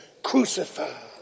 Crucified